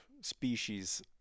species